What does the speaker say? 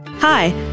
Hi